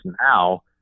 now